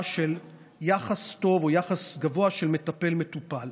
של יחס טוב או יחס גבוה של מטפל מטופל.